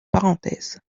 parenthèses